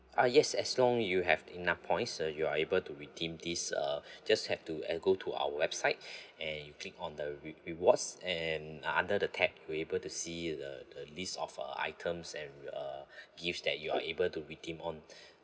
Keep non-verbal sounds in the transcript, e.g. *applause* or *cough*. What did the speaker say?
ah yes as long you have enough points uh you are able to redeem this uh *breath* just have to uh go to our website *breath* and you click on the re~ rewards and ah under the tap will able to see the the list of uh items and uh *breath* gift that you're able to redeem on *breath*